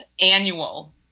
annual